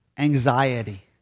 anxiety